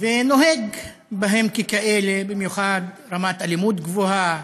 ונוהג בהם ככאלה, במיוחד רמת אלימות גבוהה,